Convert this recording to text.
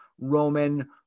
roman